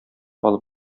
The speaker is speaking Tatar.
алып